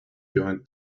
join